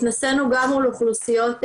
התנסינו גם מול אוכלוסיות חרדיות,